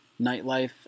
nightlife